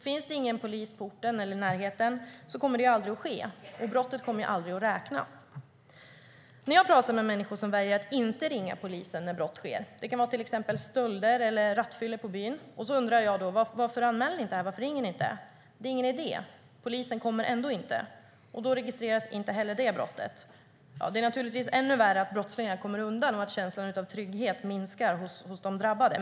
Finns det ingen polis på orten eller i närheten kommer det aldrig att ske, och brottet kommer aldrig att räknas. När jag talar med människor som väljer att inte ringa till polisen när brott sker - det kan gälla stölder eller rattfylla på byn - och undrar varför de inte ringer och anmäler detta säger de att det inte är någon idé och att polisen ändå inte kommer. Då registreras inte heller detta brott. Det är naturligtvis ännu värre att brottslingar kommer undan och att känslan av trygghet minskar hos de drabbade.